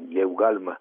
jeigu galima